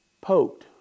poked